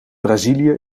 brazilië